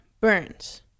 burns